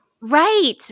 right